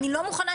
אני לא מוכנה.